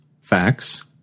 Facts